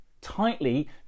tightly